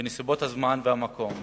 בנסיבות הזמן והמקום,